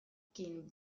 jakin